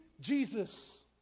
Jesus